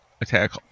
attack